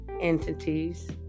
entities